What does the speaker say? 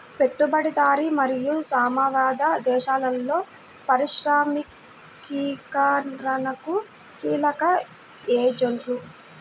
పెట్టుబడిదారీ మరియు సామ్యవాద దేశాలలో పారిశ్రామికీకరణకు కీలక ఏజెంట్లు